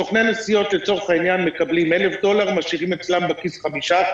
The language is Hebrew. סוכני הנסיעות לצורך העניין מקבלים 1,000 דולר ומשאירים אצלם בכיס כ-5%,